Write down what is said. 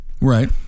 Right